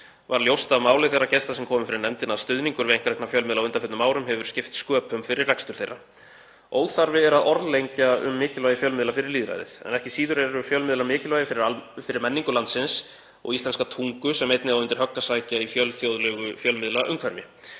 Var ljóst af máli þeirra gesta sem komu fyrir nefndina að stuðningur við einkarekna fjölmiðla á undanförnum árum hafi skipt sköpum fyrir rekstur þeirra. Óþarfi er að orðlengja um mikilvægi fjölmiðla fyrir lýðræðið en ekki síður eru fjölmiðlar mikilvægir fyrir menningu landsins og íslenska tungu sem einnig á undir högg að sækja í fjölþjóðlegu